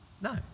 No